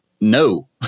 no